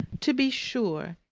to be sure,